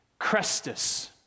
Crestus